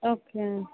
okay అండి